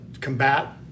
combat